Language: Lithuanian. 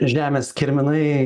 žemės kirminai